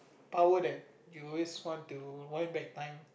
power that you will always want to wind back time